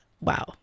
wow